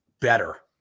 better